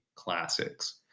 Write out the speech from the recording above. Classics